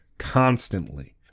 constantly